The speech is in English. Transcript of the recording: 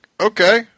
okay